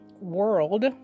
world